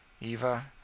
Eva